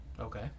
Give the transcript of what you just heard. Okay